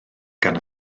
gan